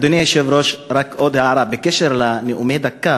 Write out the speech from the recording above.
אדוני היושב-ראש, רק עוד הערה, בקשר לנאומי דקה: